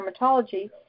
dermatology